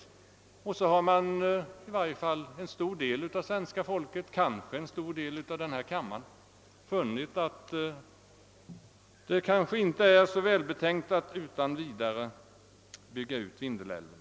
Därefter har i varje fall en stor del av svenska folket — kanske också en stor del av denna kammare — funnit att det inte är så välbetänkt att utan vidare bygga ut Vindelälven.